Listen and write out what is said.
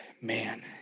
man